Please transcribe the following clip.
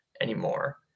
anymore